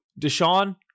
Deshaun